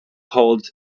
colds